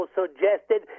suggested